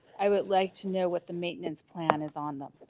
i would like to know what the maintenance plan is on them